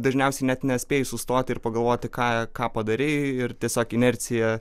dažniausiai net nespėji sustoti ir pagalvoti ką ką padarei ir tiesiog inercija